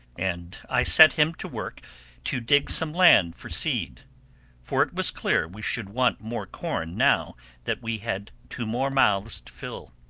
and i set him to work to dig some land for seed for it was clear we should want more corn now that we had two more mouths to fill.